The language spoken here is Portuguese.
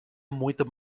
muito